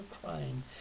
crying